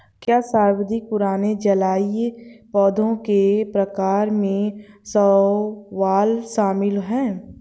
क्या सर्वाधिक पुराने जलीय पौधों के प्रकार में शैवाल शामिल है?